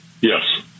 Yes